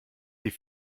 die